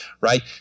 right